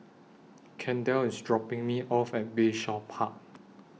Kendall IS dropping Me off At Bayshore Park